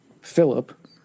Philip